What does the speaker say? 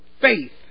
faith